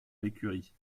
l’écurie